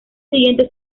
siguiente